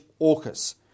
AUKUS